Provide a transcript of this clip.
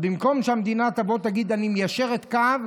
אז במקום שהמדינה תבוא ותגיד: אני מיישרת קו,